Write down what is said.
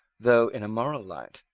though, in a moral light,